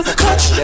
clutch